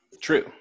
True